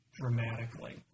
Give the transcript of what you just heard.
dramatically